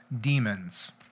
demons